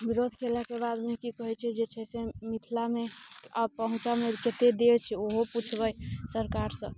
विरोध कयलाके बादमे की कहैत छै जे छै से मिथिलामे आब पहुँचऽमे कते देर छै ओहो पुछबै सरकारसँ